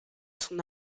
son